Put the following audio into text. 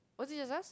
was it just us